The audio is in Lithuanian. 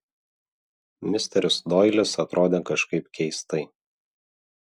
misteris doilis atrodė kažkaip keistai